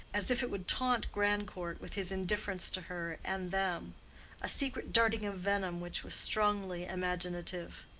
as if it would taunt grandcourt with his indifference to her and them a secret darting of venom which was strongly imaginative.